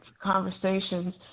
conversations